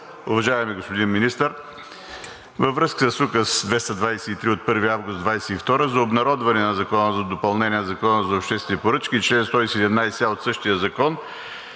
Уважаеми господин Министър, във връзка с Указ 223 от 1 август 2022 г. за обнародване на Закона за допълнение на Закона за обществените поръчки и чл. 117а от същия закон,